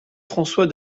françois